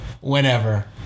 whenever